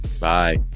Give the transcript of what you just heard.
Bye